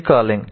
recalling